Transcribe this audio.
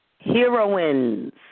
Heroines